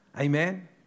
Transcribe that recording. Amen